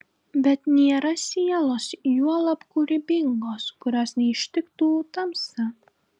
bet nėra sielos juolab kūrybingos kurios neištiktų tamsa